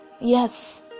Yes